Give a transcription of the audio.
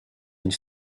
une